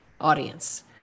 audience